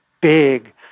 big